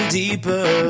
deeper